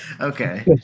Okay